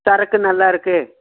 சரக்கு நல்லாருக்குது